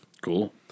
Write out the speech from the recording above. Cool